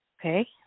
Okay